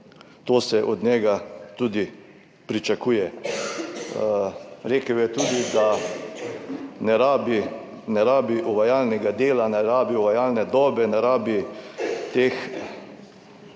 to se od njega tudi pričakuje. Rekel je tudi, da ne rabi uvajalnega dela, ne rabi uvajalne dobe, ne rabi teh